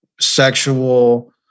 sexual